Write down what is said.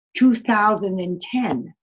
2010